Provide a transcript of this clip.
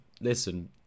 Listen